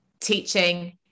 teaching